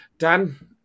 Dan